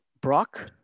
Brock